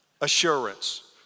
assurance